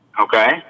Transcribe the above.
Okay